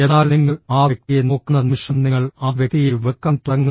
എന്നാൽ നിങ്ങൾ ആ വ്യക്തിയെ നോക്കുന്ന നിമിഷം നിങ്ങൾ ആ വ്യക്തിയെ വെറുക്കാൻ തുടങ്ങുന്നു